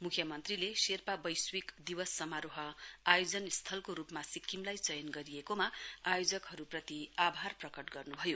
मुख्यमन्त्रीले शेर्पा वैशेविक दिवस समारोह आयोजन स्थलको रुपमा सिक्किमलाई चयन गरिएकोमा आयोजकहरुप्रति आभार प्रकट गर्नुभयो